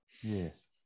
Yes